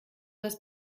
das